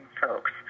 folks